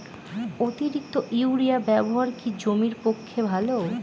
অতিরিক্ত ইউরিয়া ব্যবহার কি জমির পক্ষে ভালো?